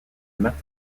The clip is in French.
matt